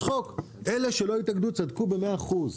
אלה שלא התאגדו צדקו במאה אחוז.